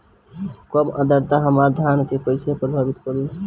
कम आद्रता हमार धान के कइसे प्रभावित करी?